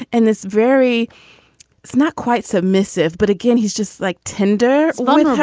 and this very it's not quite submissive. but again, he's just like tender loving.